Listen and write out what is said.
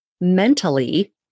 mentally